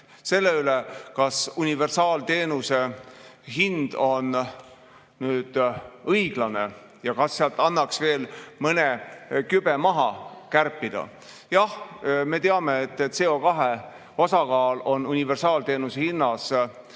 selle üle, kas universaalteenuse hind on õiglane ja kas sealt annaks veel mõne kübeme maha kärpida. Jah, me teame, et CO2osakaal on universaalteenuse hinnas